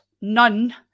none